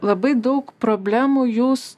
labai daug problemų jūs